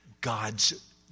God's